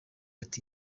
ati